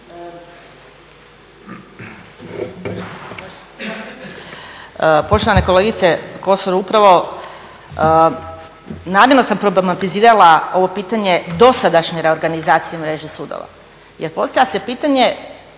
Poštovana kolegice Kosor, upravo, namjerno sam … ovo pitanje dosadašnje reorganizacije mreže sudova jer postavlja se pitanje